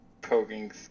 poking